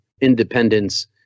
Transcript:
independence